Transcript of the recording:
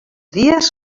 dies